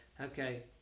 okay